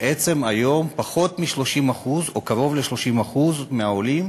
והיום פחות מ-30% או קרוב ל-30% מהעולים